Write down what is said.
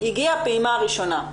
הגיעה הפעימה הראשונה.